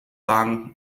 sagen